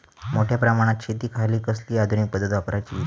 मोठ्या प्रमानात शेतिखाती कसली आधूनिक पद्धत वापराची?